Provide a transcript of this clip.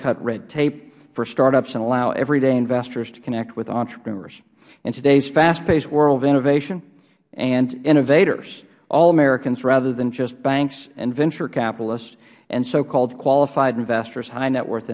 cut red tape for startups and allow everyday investors to connect with entrepreneurs in today's fast paced world of innovation and innovators all americans rather than just banks and venture capitalists and socalled qualified investors high net worth